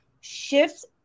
shifts